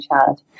child